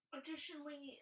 Additionally